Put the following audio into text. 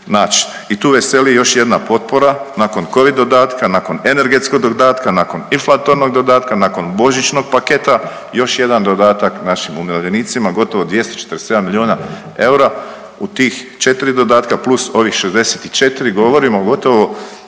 I tu veseli još jedna potpora nakon covid dodatka, nakon energetskog dodatka, nakon inflatornog dodatka, nakon božićnog paketa još jedan dodatak našim umirovljenicima gotovo 247 milijuna eura. U tih 4 dodatka, plus ovih 64 govorimo gotovo